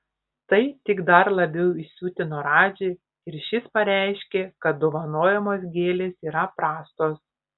tai tik dar labiau įsiutino radžį ir šis pareiškė kad dovanojamos gėlės yra prastos